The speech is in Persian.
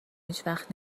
هیچوقت